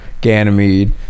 Ganymede